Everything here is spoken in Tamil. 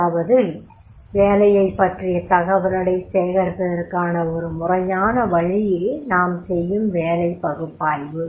அதாவது வேலையைப் பற்றிய தகவல்களைச் சேகரிப்பதற்கான ஒரு முறையான வழியே நாம் செய்யும் வேலை பகுப்பாய்வு